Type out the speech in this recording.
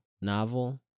novel